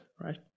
right